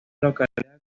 localidad